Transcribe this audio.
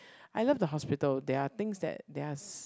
I love the hospital there are things that there are s~